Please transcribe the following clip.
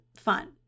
fun